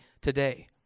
today